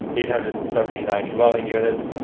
eight hundred and seventy nine dwelling units,